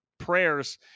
prayers